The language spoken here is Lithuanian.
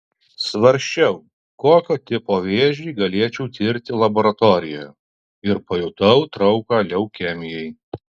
svarsčiau kokio tipo vėžį galėčiau tirti laboratorijoje ir pajutau trauką leukemijai